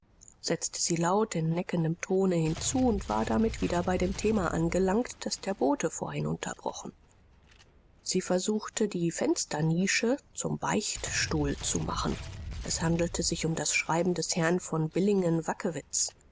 setzte sie laut in neckendem tone hinzu und war damit wieder bei dem thema angelangt das der bote vorhin unterbrochen sie versuchte die fensternische zum beichtstuhl zu machen es handelte sich um das schreiben des herrn von billingen wackewitz